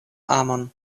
amon